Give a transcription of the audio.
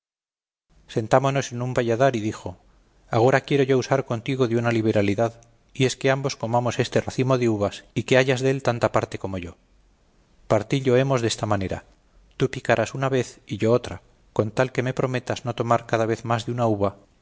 sentámonos en un valladar y dijo agora quiero yo usar contigo de una liberalidad y es que ambos comamos este racimo de uvas y que hayas dél tanta parte como yo partillo hemos desta manera tú picarás una vez y yo otra con tal que me prometas no tomar cada vez más de una uva